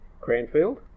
Cranfield